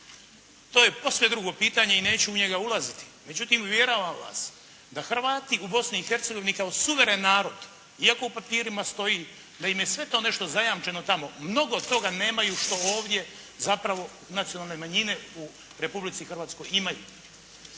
To je posve drugo pitanje i neću u njega ulaziti. Međutim, uvjeravam vas da Hrvati u Bosni i Hercegovini kao suveren narod, iako u papirima stoji da im je sve to nešto zajamčeno tamo, mnogo toga nemaju što ovdje zapravo nacionalne manjine u Republici Hrvatskoj imaju.